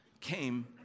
came